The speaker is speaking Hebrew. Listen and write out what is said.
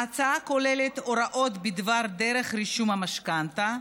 ההצעה כוללת הוראות בדבר דרך רישום המשכנתה,